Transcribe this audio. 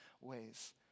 ways